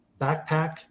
backpack